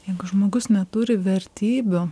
jeigu žmogus neturi vertybių